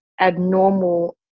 abnormal